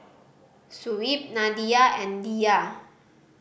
Shuib Nadia and Dhia